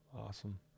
awesome